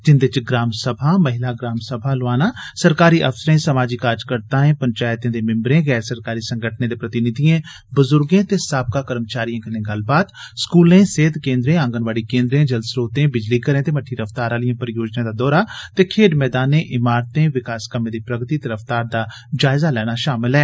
जिन्दे च ग्राम सभा महिला ग्राम सभा लोआना सरकारी अफसरें समाजी कार्जकर्ताएं पंचैतें दे मिम्बरें गैर सरकारी संगठनें दे प्रतिनिधिएं बजुर्गें ते साबका कर्मचारिएं कन्नै गल्लबात स्कूलें सेहत केंद्रें आंगनवाड़ी केंदें जलस्रोतें बिजली घरें ते मट्ठी रफ्तार आलिएं परियोजनाएं दा दौरा ते खेड्ढ मैदानें इमारतें विकास कम्में दी प्रगति ते रफ्तार दा जायजा शामल ऐ